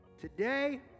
Today